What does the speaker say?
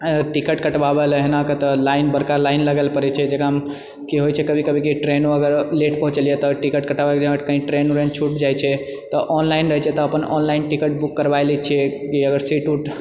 ticket कटबाबै लए एहना कऽ तऽ लाइन बड़का लाइन लगै लऽ पड़ै छै जकरासँ की होइ छै कभी कभी कि ट्रेन अगर लेट पहुँचै छै तऽ टिकट कटाबैत कटाबैत कही ट्रेन छूटि जाइत छै तऽ ऑनलाइन रहै छै तऽ अपन ऑनलाइन टिकट बुक करबाए लए छिऐ कि अगर सीट उट